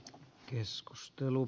keskustelu